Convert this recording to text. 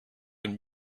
and